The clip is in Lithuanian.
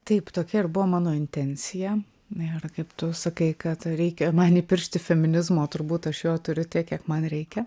taip tokia ir buvo mano intensija na ir kaip tu sakai kad reikia man įpiršti feminizmo turbūt aš jo turiu tiek kiek man reikia